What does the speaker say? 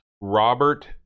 Robert